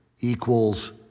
equals